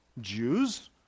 Jews